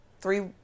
three